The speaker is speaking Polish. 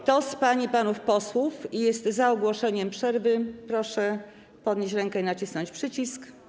Kto z pań i panów posłów jest za ogłoszeniem przerwy, proszę podnieść rękę i nacisnąć przycisk.